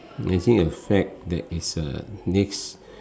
imagine a fad that is the next